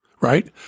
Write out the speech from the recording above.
right